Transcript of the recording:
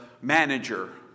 manager